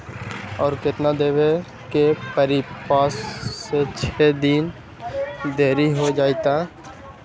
और केतना देब के परी पाँच से छे दिन देर हो जाई त?